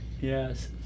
Yes